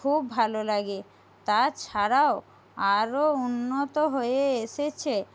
খুব ভালো লাগে তাছাড়াও আরোও উন্নত হয়ে এসেছে